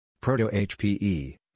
Proto-HPE